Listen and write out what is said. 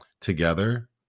Together